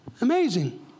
Amazing